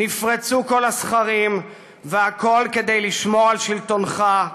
נפרצו כל הסכרים, והכול כדי לשמור על שלטונך.